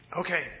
Okay